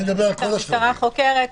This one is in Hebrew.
הרי המשטרה חוקרת,